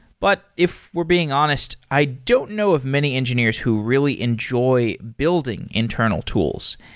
but if we're being honest, i don't know of many engineers who really enjoy building internal tools.